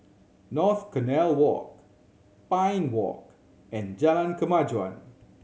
North Canal Walk Pine Walk and Jalan Kemajuan